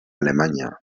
alemanya